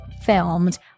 filmed